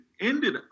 ended